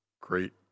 great